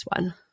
one